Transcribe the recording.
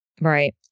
right